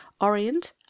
orient